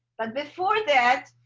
but before that,